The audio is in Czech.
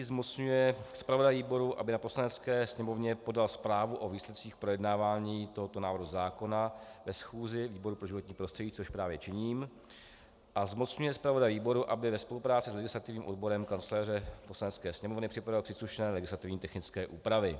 Zmocňuje zpravodaje výboru, aby Poslanecké sněmovně podal zprávu o výsledcích projednávání tohoto návrhu zákona ve schůzi výboru pro životní prostředí, což právě činím, a zmocňuje zpravodaje výboru, aby ve spolupráci s legislativním odborem Kanceláře Poslanecké sněmovny připravil příslušné legislativně technické úpravy.